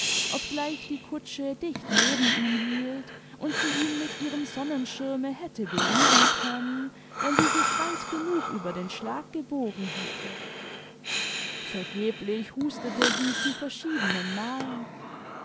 obgleich die kutsche dicht neben ihm hielt und sie ihn mit ihrem sonnenschirme hätte berühren können wenn sie sich weit genug über den schlag gebogen hätte vergeblich hustete sie zu verschiedenen malen